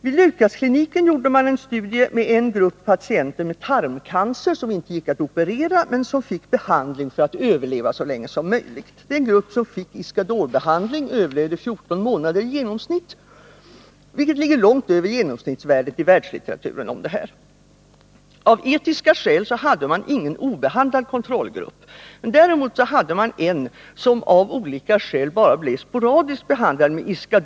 Vid Lukaskliniken gjordes en studie med en grupp patienter med tarmcancer som inte gick att operera, men där patienterna fick behandling för att överleva så länge som möjligt. Patienterna i den grupp som fick Iscadorbehandling överlevde i genomsnitt 14 månader, vilket ligger långt över genomsnittsvärdet i världslitteraturen. Av etiska skäl hade man ingen obehandlad kontrollgrupp. Däremot hade man en grupp som av olika skäl bara blev sporadiskt behandlad med Iscador.